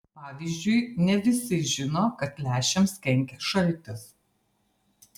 pavyzdžiui ne visi žino kad lęšiams kenkia šaltis